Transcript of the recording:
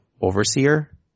overseer